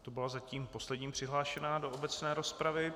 To byla zatím poslední přihlášená do obecné rozpravy.